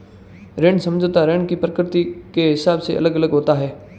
ऋण समझौता ऋण की प्रकृति के हिसाब से अलग अलग होता है